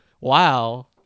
Wow